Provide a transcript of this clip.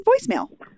voicemail